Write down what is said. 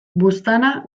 buztana